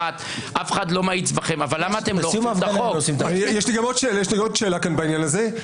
ובשבת הם בקפלן כי זה הכיף שלהם בחיים לעשות פה אנרגיה.